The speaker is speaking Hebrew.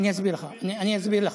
תסביר לי, אני אסביר לך.